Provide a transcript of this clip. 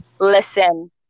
listen